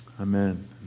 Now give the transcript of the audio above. Amen